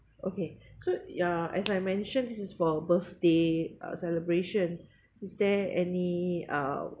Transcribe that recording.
okay so uh as I mentioned this is for birthday uh celebration is there any uh